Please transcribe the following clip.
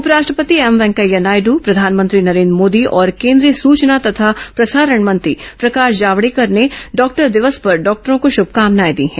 उपराष्ट्रपति एमवें कैया नायडू प्रधानमंत्री नरेन्द्र मोदी और केंद्रीय सूचना तथा प्रसारण मंत्री प्रकाश जावडेकर ने डॉक्टर दिवस पर डॉक्टरों को श्रभकामनाएं दी हैं